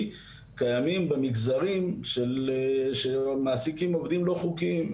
קיימת במגזרים שהמעסיקים מעסיקים עובדים לא חוקיים.